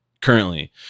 currently